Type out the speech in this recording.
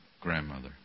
grandmother